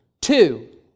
Two